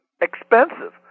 expensive